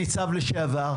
אני אומר את זה כניצב לשעבר.